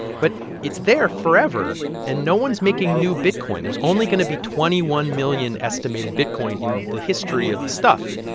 but it's there forever, and no one's making new bitcoin. there's only going to be twenty one million estimated bitcoin in the history of the stuff.